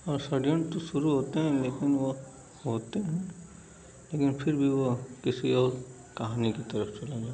और षड्यंत्र शुरू होते हैं लेकिन वे होते हैं लेकिन फिर भी वह किसी और कहानी की तरफ चलेंगे